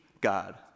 God